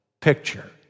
Picture